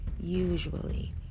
usually